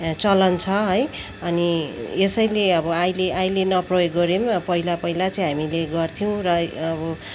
चलन छ है अनि यसैले अब अहिले अहिले न प्रयोग गरे अब पहिला पहिला चाहिँ हामीले गर्थ्यौँ र अब